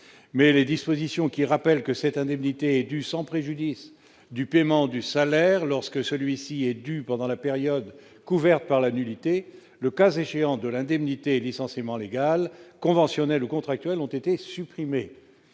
mais les dispositions qui rappelle que cette indemnité due sans préjudice du paiement des salaires lorsque celui-ci est dû, pendant la période couverte par la nullité, le cas échéant de l'indemnité de licenciement légal conventionnel ou contractuelle ont été supprimés,